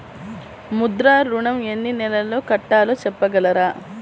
ముద్ర ఋణం ఎన్ని నెలల్లో కట్టలో చెప్పగలరా?